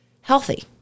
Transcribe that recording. healthy